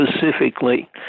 specifically